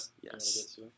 Yes